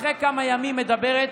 אחרי כמה ימים מדברת